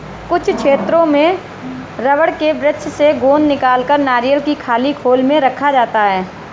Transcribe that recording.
कुछ क्षेत्रों में रबड़ के वृक्ष से गोंद निकालकर नारियल की खाली खोल में रखा जाता है